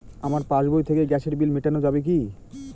আমার পাসবই থেকে গ্যাসের বিল মেটানো যাবে কি?